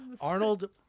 Arnold